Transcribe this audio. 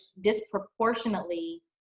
disproportionately